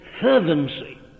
fervency